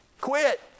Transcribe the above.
Quit